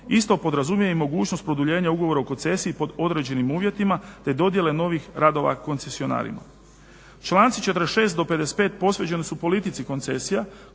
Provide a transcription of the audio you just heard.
Isto podrazumijeva i mogućnost produljenja ugovora o koncesiji pod određenim uvjetima te dodjele novih radova koncesionarima. Članci 46. do 55. posvećeni su politici koncesija